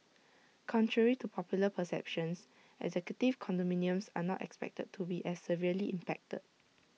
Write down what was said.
contrary to popular perceptions executive condominiums are not expected to be as severely impacted